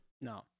no